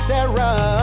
Sarah